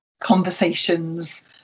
conversations